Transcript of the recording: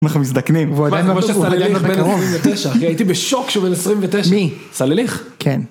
אנחנו מזדקנים, וואי אני ממש סללחך בן 29 אחי, הייתי בשוק שהוא בן 29, מי? סלליך? כן.